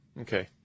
Okay